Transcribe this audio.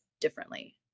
differently